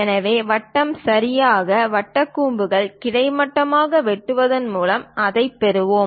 எனவே வட்டம் சரியான வட்டக் கூம்புக்கு கிடைமட்டமாக வெட்டுவதன் மூலம் அதைப் பெறுவோம்